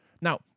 Now